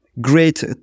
Great